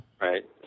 Right